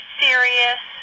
serious